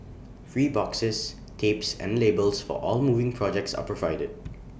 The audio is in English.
free boxes tapes and labels for all moving projects are provided